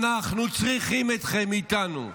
אנחנו צריכים אתכם איתנו.